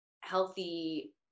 healthy